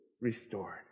restored